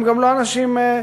הם גם לא אנשים אגרסיביים,